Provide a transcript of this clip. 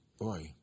boy